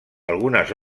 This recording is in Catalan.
algunes